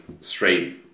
straight